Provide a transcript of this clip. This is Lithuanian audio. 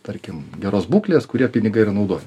tarkim geros būklės kurie pinigą ir naudojami